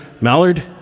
Mallard